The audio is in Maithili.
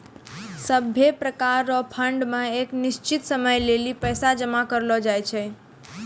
सभै प्रकार रो फंड मे एक निश्चित समय लेली पैसा जमा करलो जाय छै